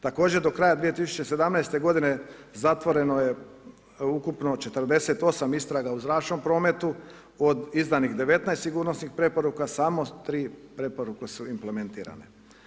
Također do kraja 2017. godine zatvoreno je ukupno 48 istraga u zračnom prometu od izdanih 19 sigurnosnih preporuka, samo 3 preporuke su implementirane.